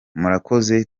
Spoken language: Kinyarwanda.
murakoze